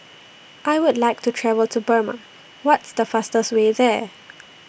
I Would like to travel to Burma What's The fastest Way There